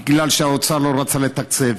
בגלל שהאוצר לא רצה לתקצב.